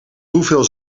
hoeveel